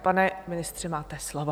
Pane ministře, máte slovo.